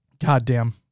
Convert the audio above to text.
Goddamn